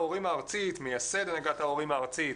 מייסד הנהגת ההורים הארצית.